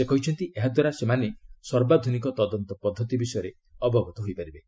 ସେ କହିଛନ୍ତି ଏହାଦ୍ୱାରା ସେମାନେ ସର୍ବାଧୁନିକ ତଦନ୍ତ ପଦ୍ଧତି ବିଷୟରେ ଅବଗତ ହୋଇପାରିବେ